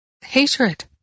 hatred